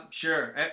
Sure